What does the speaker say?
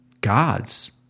gods